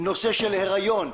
נושא של היריון.